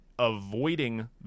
avoiding